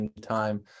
time